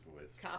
voice